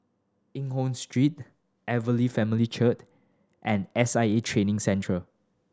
Eng Hoon Street Evangel Family Church and S I A Training Centre